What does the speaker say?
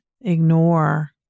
ignore